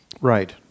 Right